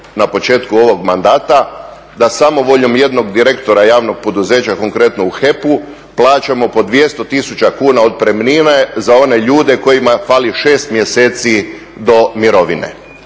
na početku ovog mandata da samovoljom jednog direktora javnog poduzeća konkretno u HEP-u plaćamo po 200 tisuća kuna otpremnine za one ljude kojima fali 6 mjeseci do mirovine.